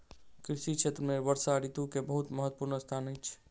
कृषि क्षेत्र में वर्षा ऋतू के बहुत महत्वपूर्ण स्थान अछि